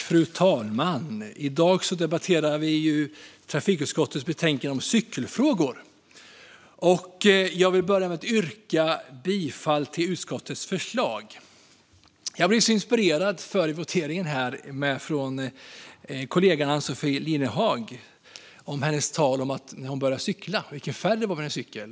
Fru talman! I dag debatterar vi trafikutskottets betänkande om cykelfrågor. Jag vill börja med att yrka bifall till utskottets förslag. Före voteringen blev jag inspirerad av kollegan Ann-Sofie Lifvenhage och hennes tal om när hon började cykla och om vilken färg det var på hennes cykel.